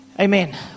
amen